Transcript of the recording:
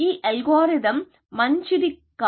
ఈ అల్గోరిథం మంచిది కాదు